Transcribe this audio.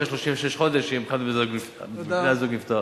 אחרי 36 חודש אם אחד מבני-הזוג נפטר.